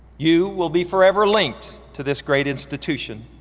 you will be forever linked to this great institution,